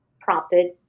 prompted